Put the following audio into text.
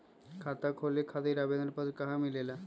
खाता खोले खातीर आवेदन पत्र कहा मिलेला?